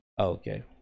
okay